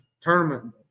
tournament